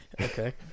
Okay